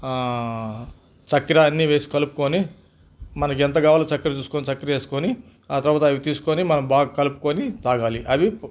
చక్కర అన్నీ వేసి కలుపుకొని మనకెంత కావాలో చక్కర చూసుకొని చక్కర వేసుకొని ఆ తరువాత అవి తీసుకొని మనం బాగా కలుపుకొని తాగాలి అవి